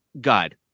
God